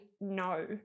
no